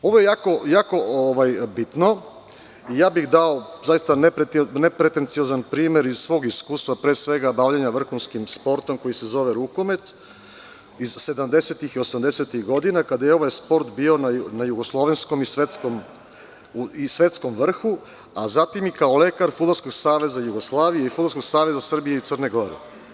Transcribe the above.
Ovo je jako bitno i ja bih dao zaista nepretenciozan primer iz svog iskustva, pre svega bavljenja vrhunskim sportom koji se zove rukomet iz 70-tih i 80-tih godina, kada je ovaj sport bio na jugoslovenskom i svetskom vrhu, a zatim i kao lekar Fudbalskog saveza Jugoslavije i Fudbalskog saveza Srbije i Crne Gore.